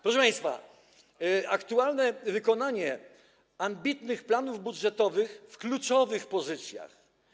Proszę państwa, aktualne wykonanie ambitnych planów budżetowych w kluczowych pozycjach.